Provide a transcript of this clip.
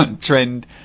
trend